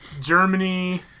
Germany